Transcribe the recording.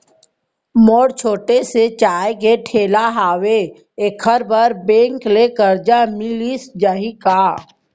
मोर छोटे से चाय ठेला हावे एखर बर बैंक ले करजा मिलिस जाही का?